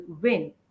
win